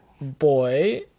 boy